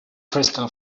crystal